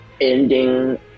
ending